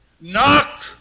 Knock